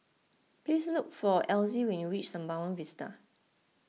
please look for Elzy when you reach Sembawang Vista